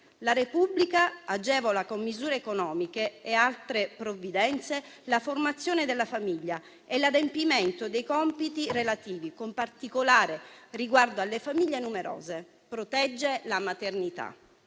«La Repubblica agevola con misure economiche e altre provvidenze la formazione della famiglia e l'adempimento dei compiti relativi, con particolare riguardo alle famiglie numerose. Protegge la maternità…»